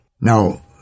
Now